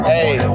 Hey